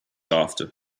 after